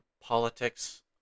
politics